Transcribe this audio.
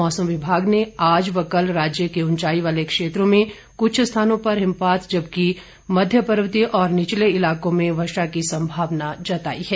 मौसम विभाग ने आज व कल राज्य के उंचाई वाले क्षेत्रों में कुछ स्थानों पर हिमपात जबकि मध्यम पर्वतीय और निचले इलाकों में वर्षा की संभावना जताई हैं